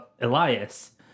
Elias